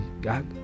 God